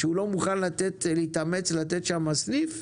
שהוא לא מוכן להתאמץ להקים שם סניף,